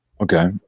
Okay